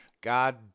God